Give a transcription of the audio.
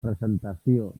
presentació